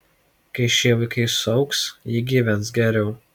kai šie vaikai suaugs jie gyvens geriau